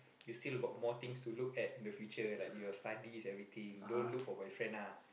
you still got more things to look at in the future like your studies everything don't look for boyfriend lah